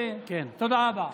תודה רבה.